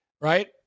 right